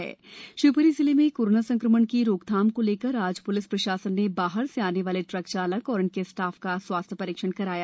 उधर शिवप्री जिले में कोरोना संक्रमण की रोकथाम को लेकर आज प्लिस प्रशासन ने बाहर से आने वाले ट्रक चालक और उनके स्टाफ का स्वास्थ्य परीक्षण कराया